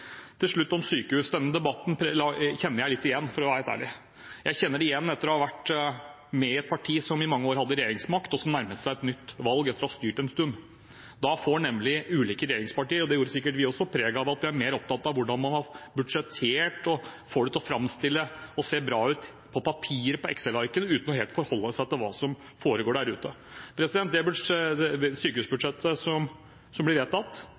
Til slutt om sykehus: Denne debatten kjenner jeg litt igjen, for å være ærlig. Jeg kjenner den igjen etter å ha vært med i et parti som i mange år hadde regjeringsmakt når det nærmet seg et nytt valg etter å ha styrt en stund. Da får nemlig ulike regjeringsparti – og det gjorde sikkert vi også – preg av at de er mer opptatt av hvordan man har budsjettert og får det til å se bra ut på papiret og på Excel-arket, uten helt å forholde seg til hva som foregår der ute. Sykehusbudsjettet som blir vedtatt,